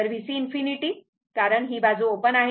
तर VC ∞कारण ही बाजू ओपन आहे